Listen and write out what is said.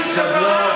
נתקבל.